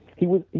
he was